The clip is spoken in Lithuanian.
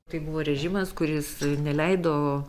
tai buvo režimas kuris neleido